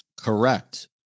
Correct